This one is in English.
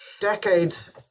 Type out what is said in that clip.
decades